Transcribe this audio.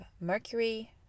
mercury